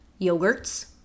yogurts